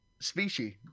species